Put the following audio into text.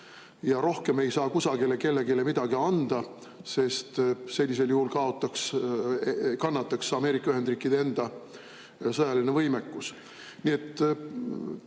ja rohkem ei saa kusagile ega kellelegi midagi anda, sest sellisel juhul kannataks Ameerika Ühendriikide enda sõjaline võimekus. Nii